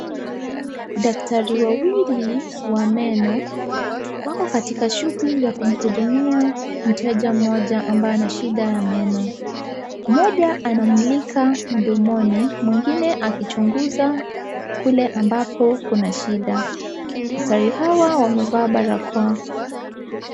Daktari wawili wa meno wako katika shughuli ya kumhudumia mteja mmoja ambaye anashida ya meno. Mmoja anamulika mdomoni mwingine akichunguza kule ambapo kuna shida. Daktari hawa wamevaa barakoa.